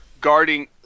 guarding